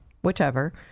whichever